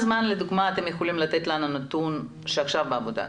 לדוגמה אתם יכולים לתת לנו נתון שעכשיו בעבודה?